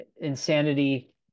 insanity